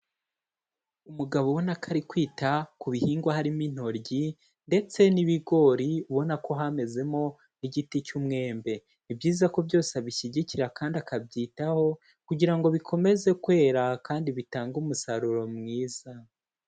Umugabo ubona ko ari kwita ku bihingwa harimo intoryi ndetse n'ibigori ubona ko hamezemo n'igiti cy'umwembe, ni byiza ko byose abishyigikira kandi akabyitaho kugira ngo bikomeze kwera kandi bitange umusaruro mwiza.